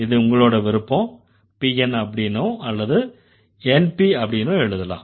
இது உங்களோட விருப்பம் PN அப்படின்னோ அல்லது NP அப்படின்னோ எழுதலாம்